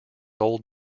old